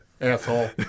asshole